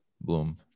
bloom